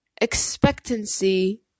expectancy